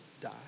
die